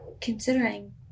considering